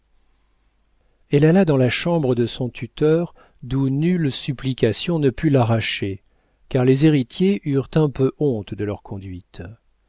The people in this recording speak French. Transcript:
elle alla dans la chambre de son tuteur d'où nulle supplication ne put l'arracher car les héritiers eurent un peu honte de leur conduite